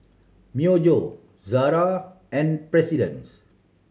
Myojo Zara and President